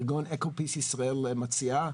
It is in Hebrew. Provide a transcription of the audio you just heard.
ארגון אקופיס ישראל מציע.